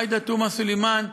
עאידה תומא סלימאן,